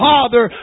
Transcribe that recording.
Father